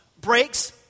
breaks